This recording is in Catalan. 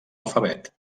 alfabet